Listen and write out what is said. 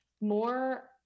more